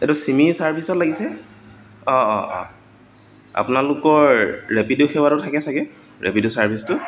এইটো চিমি চাৰ্ভিছত লাগিছে অঁ অঁ অঁ আপোনালোকৰ ৰেপিড' সেৱাটো থাকে ছাগৈ ৰেপিড' ছাৰ্ভিছটো